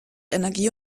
energie